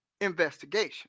investigation